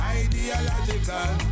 ideological